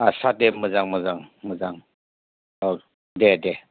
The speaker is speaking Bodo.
आस्सा दे मोजां मोजां मोजां औ दे दे